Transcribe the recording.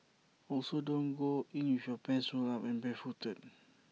also don't go in with your pants rolled up and barefooted